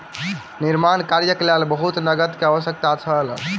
निर्माण कार्यक लेल बहुत नकद के आवश्यकता छल